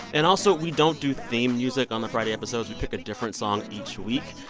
and also, we don't do theme music on the friday episodes. we pick a different song each week.